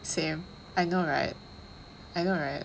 same I know [right] I know [right]